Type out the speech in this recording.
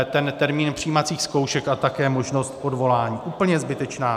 Ten termín přijímacích zkoušek a také možnost odvolání úplně zbytečná věc.